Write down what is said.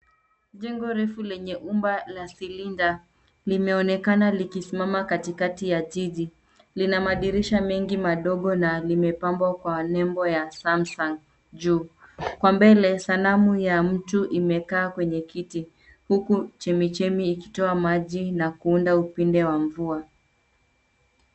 Jengo refu lenye umbo la cylinder limeonekana likisimama katikati ya jiji. Lina madirisha mengi madogo na limepambwa kwa nembo ya samsung juu. Kwa mbele sanamu ya mtu imekaa kwenye kiti huku chemichemi ikitoa maji na kuunda upinde wa mvua.